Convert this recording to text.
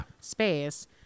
space